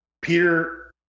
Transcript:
Peter